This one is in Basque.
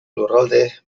lurralde